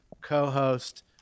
co-host